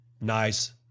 Nice